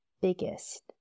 biggest